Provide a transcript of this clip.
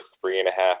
three-and-a-half